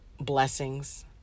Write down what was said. Blessings